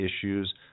issues